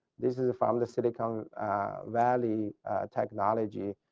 this is a pharmaceutical valley technology,